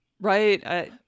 right